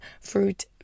fruit